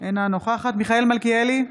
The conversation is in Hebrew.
אינה נוכחת מיכאל מלכיאלי,